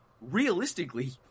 realistically